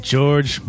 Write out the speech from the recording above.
George